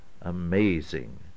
amazing